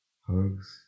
Hugs